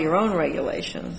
your own regulation